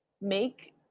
make